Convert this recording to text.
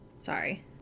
Sorry